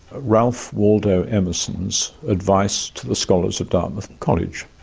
ralph waldo emerson's advice to the scholars of dartmouth college.